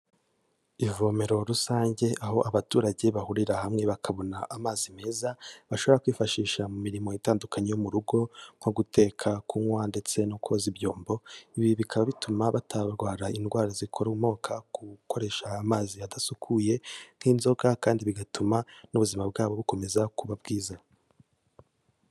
Ivomero rusange aho abaturage bahurira hamwe bakabona amazi meza bashobora kwifashisha mu mirimo itandukanye yo mu rugo, nko guteka, kunywa ndetse no koza ibyombo, ibi bikaba bituma batarwara indwara zikomoka ku gukoresha amazi adasukuye nk'inzoka, kandi bigatuma n'ubuzima bwabo bukomeza kuba bwiza.